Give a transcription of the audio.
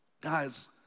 Guys